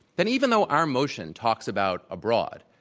then even though our motion talks about abroad,